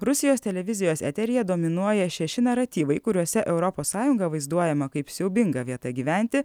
rusijos televizijos eteryje dominuoja šeši naratyvai kuriuose europos sąjunga vaizduojama kaip siaubinga vieta gyventi